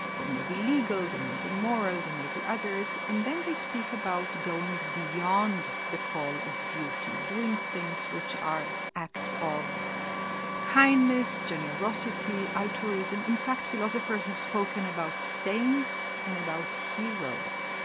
they may be legal, they may be moral, they may be others, and then they speak about going beyond the call of duty, doing things which are acts of kindness, generosity, altruism, in fact philosophers have spoken about saints and about heroes.